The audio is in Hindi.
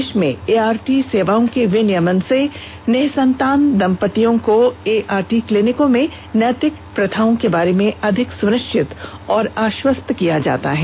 देश में एआरटी सेवाओं के विनियमन से निःसंतान दंपतियों को एआरटी क्लीनिकों में नैतिक प्रथाओं के बारे में अधिक सुनिश्चित और आश्वस्त किया जाता है